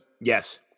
Yes